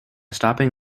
stopping